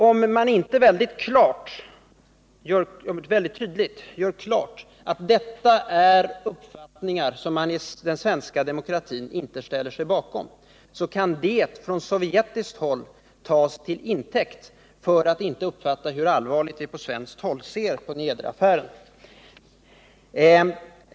Om man inte väldigt tydligt gör klart att detta är uppfattningar som man i den svenska demokratin inte ställer sig bakom kan det från sovjetiskt håll tas till intäkt för att inte uppfatta hur allvarligt vi på svenskt håll ser på Niedreaffären.